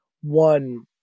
one